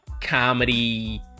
comedy